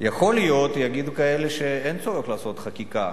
יכול להיות, יגידו כאלה שאין צורך לעשות חקיקה,